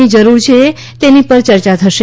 ની જરૂર છે તેની પર ચર્ચા થશે